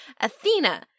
Athena